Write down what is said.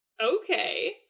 Okay